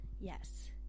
yes